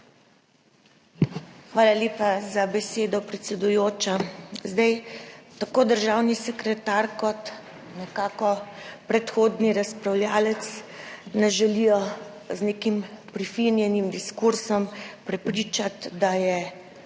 Hvala lepa za besedo, predsedujoča. Tako državni sekretar kot nekako predhodni razpravljavec nas želita z nekim prefinjenim diskurzom prepričati, da je nadzorovanje